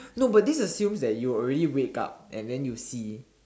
no but this assumes that you already wake up and then you see